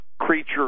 creature